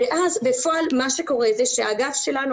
ואז בפועל מה שקורה זה שהאגף שלנו,